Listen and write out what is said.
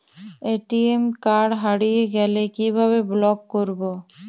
ATM card হারিয়ে গেলে কিভাবে ব্লক করবো?